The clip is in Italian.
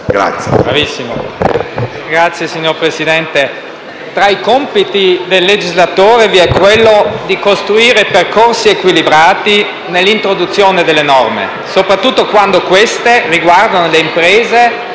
UV))*. Signor Presidente, tra i compiti del legislatore vi è quello di costruire percorsi equilibrati nell'introduzione delle norme, soprattutto quando queste riguardano le imprese